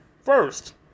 first